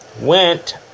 went